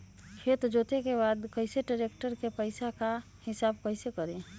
खेत जोते के बाद कैसे ट्रैक्टर के पैसा का हिसाब कैसे करें?